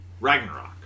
Ragnarok